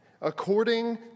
according